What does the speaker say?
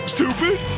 Stupid